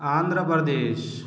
Andhra Pradesh